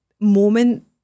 moment